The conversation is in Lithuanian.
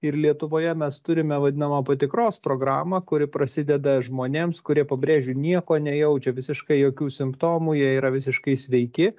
ir lietuvoje mes turime vadinamą patikros programą kuri prasideda žmonėms kurie pabrėžiu nieko nejaučia visiškai jokių simptomų jie yra visiškai sveiki